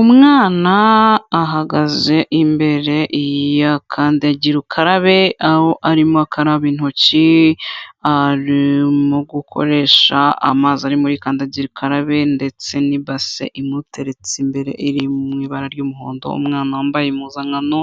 Umwana ahagaze imbere ya kandagira ukarabe, aho arimo akaraba intoki arimo gukoresha amazi ari muri kandagira ukarabe ndetse n'ibase imuteretse imbere iri mu ibara ry'umuhondo. Umwana wambaye impuzankano.